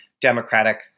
democratic